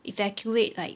evacuate like